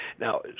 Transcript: Now